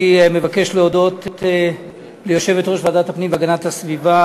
אני מבקש להודות ליושבת-ראש ועדת הפנים והגנת הסביבה,